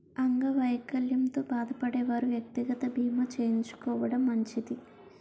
అంగవైకల్యంతో బాధపడే వారు వ్యక్తిగత బీమా చేయించుకోవడం మంచిది